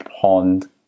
pond